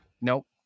Nope